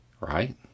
right